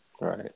Right